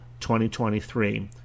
2023